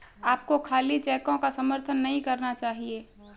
आपको खाली चेकों का समर्थन नहीं करना चाहिए